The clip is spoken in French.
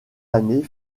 années